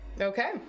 Okay